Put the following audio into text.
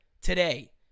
today